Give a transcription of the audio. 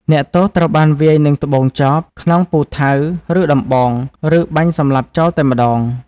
អ្នកទោសត្រូវបានវាយនឹងត្បូងចប ខ្នងពូថៅ ឬដំបង ឬបាញ់សម្លាប់ចោលតែម្តង ។